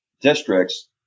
districts